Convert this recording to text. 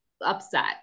upset